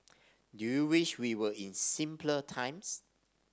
do you wish we were in simpler times